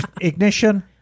ignition